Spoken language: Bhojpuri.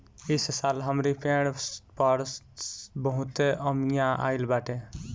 इस साल हमरी पेड़ पर बहुते अमिया आइल बाटे